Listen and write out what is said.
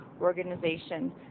organization